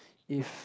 if